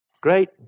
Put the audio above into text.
great